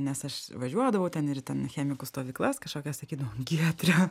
nes aš važiuodavau ten ir ten į chemikų stovyklas kažkokias sakydavo giedre